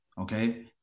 Okay